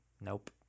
nope